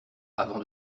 avant